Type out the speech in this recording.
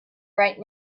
right